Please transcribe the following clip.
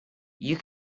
you